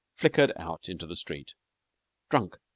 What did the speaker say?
flickered out into the street drunk,